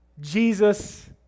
jesus